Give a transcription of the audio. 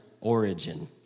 origin